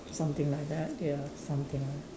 something like that ya something ah